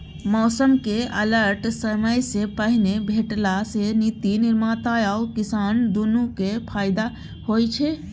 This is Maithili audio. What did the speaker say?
मौसमक अलर्ट समयसँ पहिने भेटला सँ नीति निर्माता आ किसान दुनु केँ फाएदा होइ छै